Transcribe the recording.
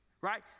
Right